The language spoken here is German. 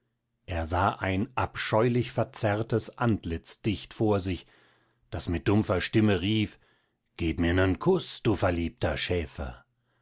er sah ein abscheulich verzerrtes antlitz dicht vor sich das mit dumpfer stimme rief gib mir nen kuß du verliebter schäfer